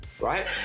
right